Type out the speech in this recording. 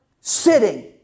sitting